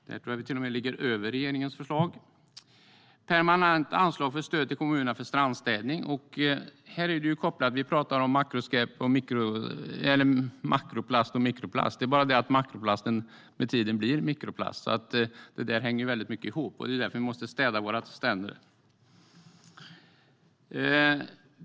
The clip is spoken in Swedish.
Där tror jag att vi till och med ligger över regeringens förslag. Vi föreslår permanent anslag för stöd till kommunerna för strandstädning. Där pratar vi om makroplast och mikroplast. Det är bara det att makroplasten med tiden blir mikroplast, så det hänger mycket ihop. Det är därför vi måste städa våra stränder.